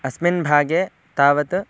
अस्मिन् भागे तावत्